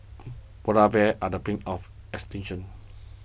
Polar Bears are the brink of extinction